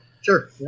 Sure